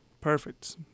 Perfect